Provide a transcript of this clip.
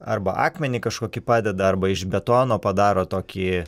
arba akmenį kažkokį padeda arba iš betono padaro tokį